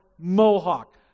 mohawk